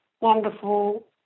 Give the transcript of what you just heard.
wonderful